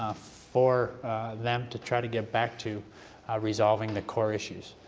for them to try to get back to resolving the core issues.